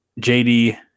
JD